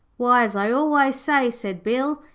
why, as i always say said bill,